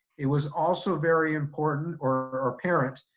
it was also very important, or apparent,